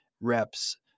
reps